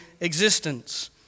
existence